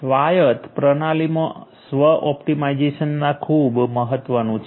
સ્વાયત પ્રણાલીમાં સ્વ ઓપ્ટિમાઇઝેશનના ખૂબ મહત્વનું છે